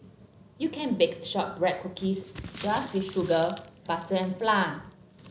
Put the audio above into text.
you can bake shortbread cookies just with sugar butter and flour